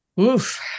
Oof